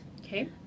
Okay